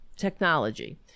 technology